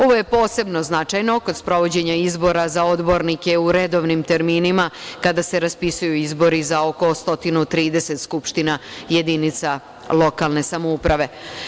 Ovo je posebno značajno kod sprovođenja izbora za odbornike u redovnim terminima kada se raspisuju izbori za oko 130 skupština jedinica lokalne samouprave.